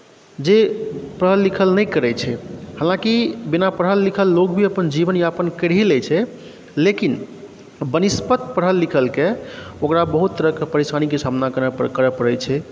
जे पढ़ल लिखल नहि करैत छै हालाँकि बिना पढ़ल लिखल लोक भी अपन जीवनयापन करि ही लैत छै लेकिन वनिस्पत पढ़ल लिखलके ओकरा बहुत तरहके परेशानीके सामना करय पड़ैत छै